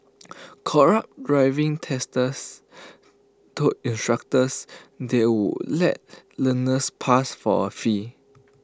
corrupt driving testers told instructors they would let learners pass for A fee